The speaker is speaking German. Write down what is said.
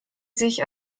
sich